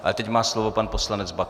Ale teď má slovo pan poslanec Baxa.